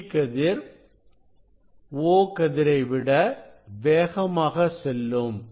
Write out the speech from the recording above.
E கதிர் O கதிரை விட வேகமாக செல்லும்